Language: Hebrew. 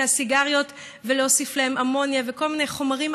את הסיגריות ולהוסיף להן אמוניה וכל מיני חומרים